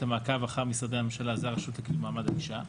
המעקב אחר משרדי הממשלה זה הרשות לקידום מעמד האישה.